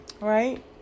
Right